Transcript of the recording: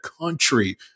country